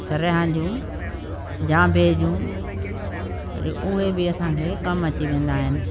सरेहां जूं जांबे जूं वरी उहे बि असांखे कमु अची वेंदा आहिनि